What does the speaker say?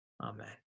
Amen